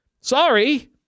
Sorry